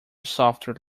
software